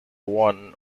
one